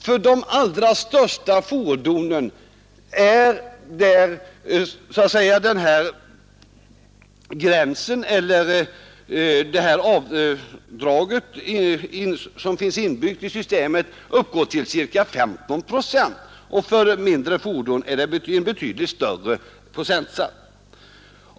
För de allra största fordonen uppgår det avdrag som sålunda finns inbyggt i systemet till ca 15 procent, och för mindre fordon är det en betydligt större procentsats.